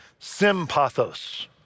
Sympathos